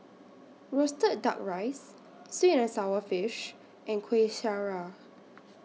Roasted Duck Rice Sweet and Sour Fish and Kueh Syara